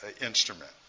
instrument